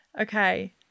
Okay